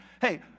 Hey